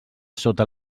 sota